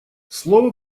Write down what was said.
слово